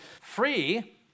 free